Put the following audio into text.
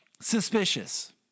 suspicious